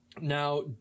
Now